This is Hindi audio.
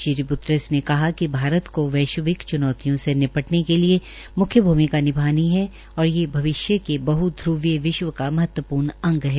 श्री ग्तरश ने कहा है िक भारत का वैश्विक चूनौतियों से निपटने के लिए मुख्य भूमिका निभानी है और ये भविष्य के बह धवीय विश्व का महत्वपूर्ण अंग है